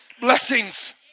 blessings